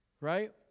Right